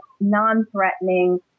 non-threatening